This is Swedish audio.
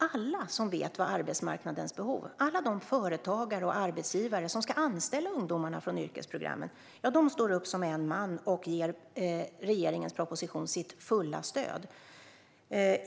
Alla som känner till arbetsmarknadens behov, alla de företagare och arbetsgivare som ska anställa ungdomarna från yrkesprogrammen står upp som en man och ger regeringens proposition sitt fulla stöd.